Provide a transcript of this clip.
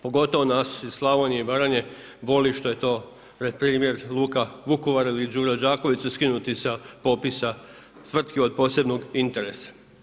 Pogotovo nas iz Slavonije i Baranje boli što je to … primjer Luka Vukovar ili Đuro Đaković su skinuti sa popisa tvrtki od posebnog interesa.